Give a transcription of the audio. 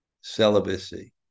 celibacy